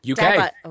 UK